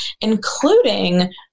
including